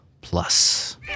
plus